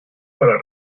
para